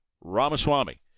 Ramaswamy